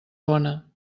bona